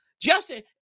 Justin